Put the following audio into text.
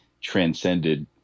transcended